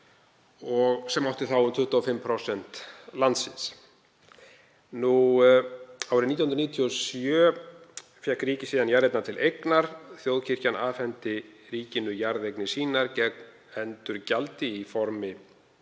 sem átti þá um 25% landsins. Árið 1997 fékk ríkið jarðirnar til eignar. Þjóðkirkjan afhenti ríkinu jarðeignir sínar gegn endurgjaldi í formi